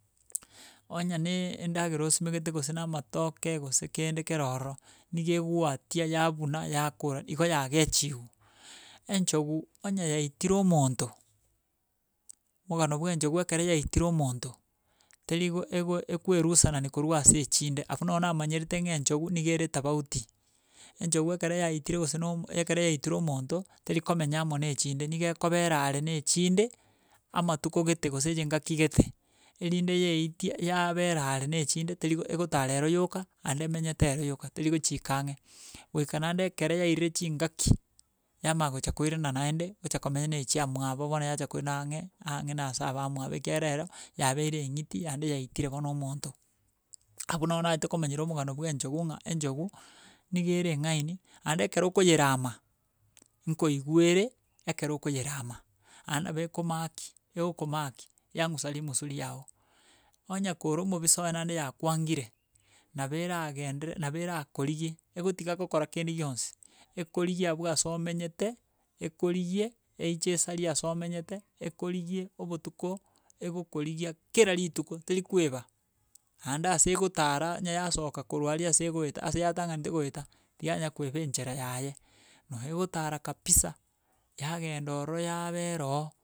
Onye na endagera osimegete gose na amatoke gose kende kero ororo, niga egwatia yabuna yakora, igo yagechigu enchogu onye yaitire omonto, omogano bwa enchogu ekere yaitire omonto, teri igo ego ekoerusanani korwa ase echinde. Abwo no namanyerete ng'a enchogu nigere etabauti. Enchogu ekere yaitire omonto, teri komenya amo na echinde nigo ekobera are na echinde, amatuko gete gose chingaki gete erinde yeitia yabera are na echinde, teri egotara ero yoka naende emenyete ero yoka teri gochiika ang'e. Goika naende ekero yairire chingaki yamanya gocha koirana naende gocha komena na echia mwabo bono yacha koenda ang'e ang'e na asa bamwabo, ekere ero yabeire eng'iti naende yaitire bono omonto. Abwo no naete komanyera omogano bwa enchogu ng'a enchogu niga ere eng'aini naende ekero okoyerama nkoigwere ekero okoyerama, naende nabo ekomaki egokomaki yangusa rimusu riago, onye kore omobisa oye naende yakwangire, nabo eragenderere nabo erakorigie egotiga gokora kende gionsi ekorigi abwo ase omonyete, ekorigie eiche esari ase omonyete ekorigie obotuko egokorigia kera rituko teri koeba naende ase egotara onye yasoka korwa aria ase egoeta ase yatang'anete goeta tiyanya koeba enchera yaye, noe egotara kabisa yagenda ororo yabera oo.